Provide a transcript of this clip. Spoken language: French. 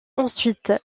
ensuite